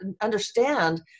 understand